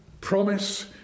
promise